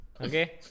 okay